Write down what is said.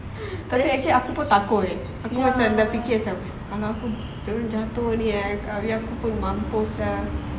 tapi actually aku pun takut aku macam dah fikir macam kalau aku jatuh ni eh kalau ayah aku tahu mampus sia